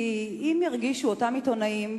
אם ירגישו אותם עיתונאים,